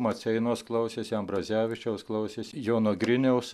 maceinos klausėsi ambrazevičiaus klausėsi jono griniaus